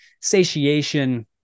satiation